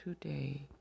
today